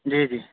جی جی